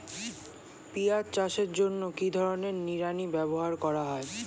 পিঁয়াজ চাষের জন্য কি ধরনের নিড়ানি ব্যবহার করা হয়?